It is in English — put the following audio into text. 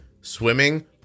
swimming